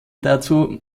dazu